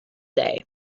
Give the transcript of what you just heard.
day